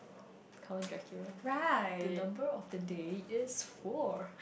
Count-Dracula the number of the day is four